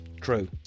True